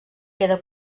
queda